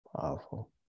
powerful